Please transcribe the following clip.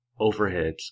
overheads